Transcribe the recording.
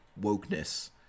wokeness